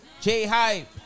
J-Hype